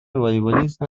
والیبالیست